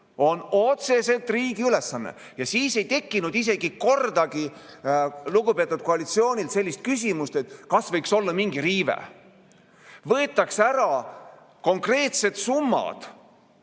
on otseselt riigi ülesanne. Ja siis ei tekkinud kordagi lugupeetud koalitsioonil sellist küsimust, kas võiks olla mingi riive. Omavalitsustelt võetakse ära konkreetsed summad.